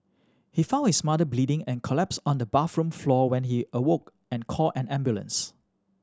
he found his mother bleeding and collapsed on the bathroom floor when he awoke and called an ambulance